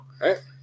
right